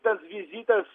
tas vizitas